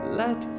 let